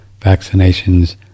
vaccinations